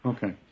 Okay